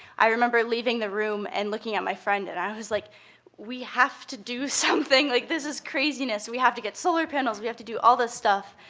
i remember leaving the room and looking at my friend, and i was like we have to do something. like, this is craziness. we have to get solar panels. we have to do all this stuff.